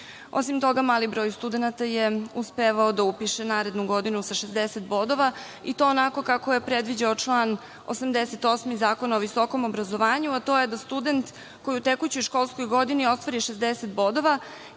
Osim toga, mali broj studenata je uspevao da upiše narednu godinu sa 60 bodova, i to onako kako je predviđao član 88. Zakona o visokom obrazovanju, a to je da student koji u tekućoj školskoj godini ostvari 60 bodova,